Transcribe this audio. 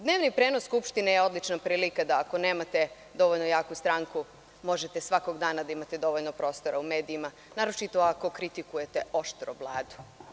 Dnevni prenos Skupštine je odlična prilika da ako nemate dovoljno jaku stranku možete svakog dana da imate dovoljno prostora u medijima, naročito ako kritikujete oštro Vladu.